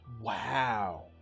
Wow